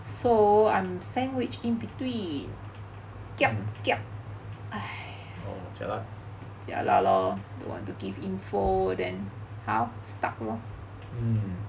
oh jialat mm